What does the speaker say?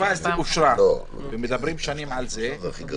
וברוב המקרים זה כך.